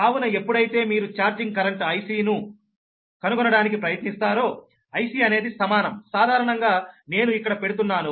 కావున ఎప్పుడైతే మీరు ఛార్జింగ్ కరెంట్ Ic ను కనుగొనడానికి ప్రయత్నిస్తారో Ic అనేది సమానం సాధారణంగా నేను ఇక్కడ పెడుతున్నాను